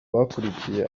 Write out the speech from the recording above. bakurikiye